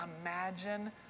imagine